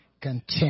content